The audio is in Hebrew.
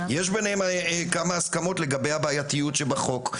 יש ביניהם כמה הסכמות לגבי הבעייתיות שבחוק.